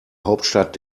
hauptstadt